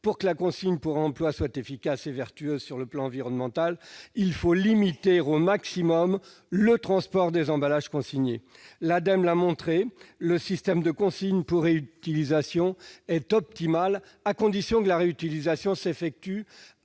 pour que la consigne pour réemploi soit efficace et vertueuse sur le plan environnemental, il faut limiter au maximum le transport des emballages consignés. L'Ademe a montré que le système de consigne pour réutilisation était optimal, à condition que la réutilisation s'effectue